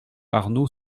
arnoux